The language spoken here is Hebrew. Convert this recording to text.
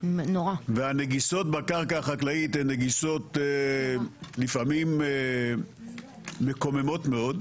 והנגיסות בקרקע החקלאית הן נגיסות לפעמים מקוממות מאוד,